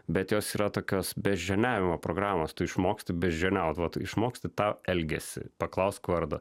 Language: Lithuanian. bet jos yra tokios beždžioniavimo programos tu išmoksti beždžioniauti vat išmoksti tą elgesį paklausk vardą